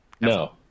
No